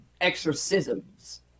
exorcisms